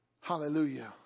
Hallelujah